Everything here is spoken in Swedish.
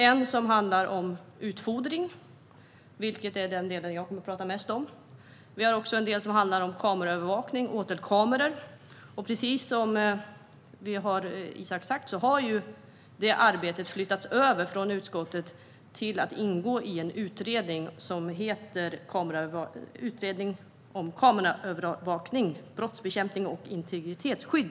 En del handlar om utfodring, vilket är den del jag kommer att prata mest om. Vi har också en del som handlar om kameraövervakning med åtelkameror, och precis som Isak From sa har detta arbete flyttats över från utskottet till att ingå i en utredning om kameraövervakning, brottsbekämpning och integritetsskydd.